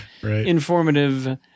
informative